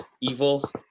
evil